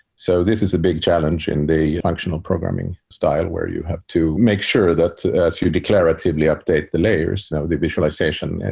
so this is a big challenge in the functional programming style, where you have to make sure that as you declaratively update the layers, now the visualization,